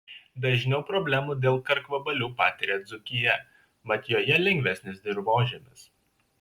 dažniau problemų dėl karkvabalių patiria dzūkija mat joje lengvesnis dirvožemis